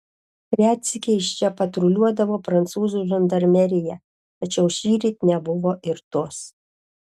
retsykiais čia patruliuodavo prancūzų žandarmerija tačiau šįryt nebuvo ir tos